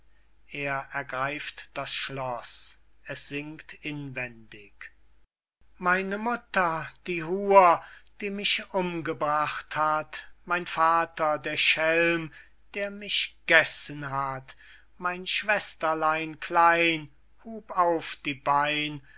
er ergreift das schloß es singt inwendig meine mutter die hur die mich umgebracht hat mein vater der schelm der mich gessen hat mein schwesterlein klein hub auf die bein